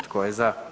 Tko je za?